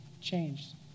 changed